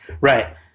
Right